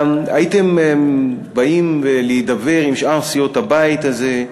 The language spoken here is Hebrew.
הייתם באים להידבר עם שאר סיעות הבית הזה,